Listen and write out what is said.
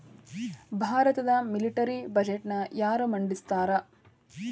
ಭಾರತದ ಮಿಲಿಟರಿ ಬಜೆಟ್ನ ಯಾರ ಮಂಡಿಸ್ತಾರಾ